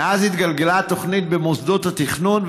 מאז התגלגלה התוכנית במוסדות התכנון,